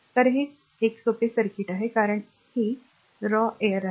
तर हे एक सोपे सर्किट आहे कारण ही raw air आहे